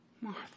Martha